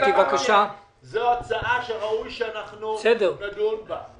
זאת הצעה שראוי שנדון בה.